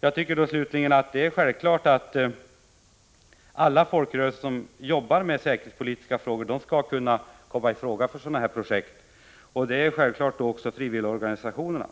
Slutligen tycker jag att det är självklart att alla folkrörelser som arbetar med säkerhetspolitiska problem skall kunna komma i fråga beträffande sådana här projekt. Det gäller självfallet också frivilligorganisationerna.